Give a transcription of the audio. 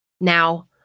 Now